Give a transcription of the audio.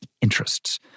interests